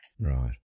Right